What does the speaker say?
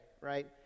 right